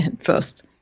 first